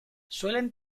suelen